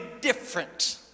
different